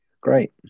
great